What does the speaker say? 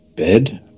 Bed